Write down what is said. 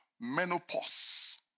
menopause